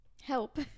help